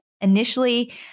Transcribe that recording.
Initially